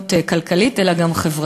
מדיניות כלכלית, אלא גם חברתית.